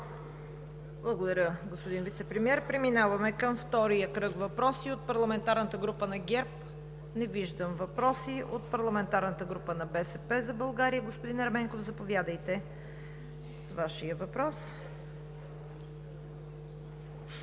Благодаря, господин Вицепремиер. Преминаваме към втория кръг въпроси. От парламентарната група на ГЕРБ? Не виждам. От парламентарната група на „БСП за България“? Господин Ерменков, заповядайте с Вашия въпрос. ТАСКО